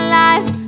life